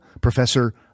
Professor